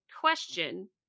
question